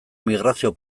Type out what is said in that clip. migrazio